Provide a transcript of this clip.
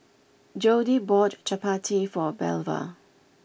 Jodie bought Chapati for Belva